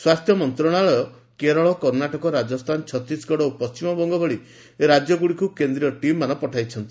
ସ୍ୱାସ୍ଥ୍ୟ ମନ୍ତ୍ରଣାଳୟ କେରଳ କର୍ଷ୍ଣାଟକ ରାଜସ୍ଥାନ ଛତିଶଗଡ ଓ ପଶ୍ଚିମବଙ୍ଗ ଭଳି ରାଜ୍ୟଗୁଡ଼ିକୁ କେନ୍ଦ୍ରୀୟ ଟିମ୍ମାନ ପଠାଇଛନ୍ତି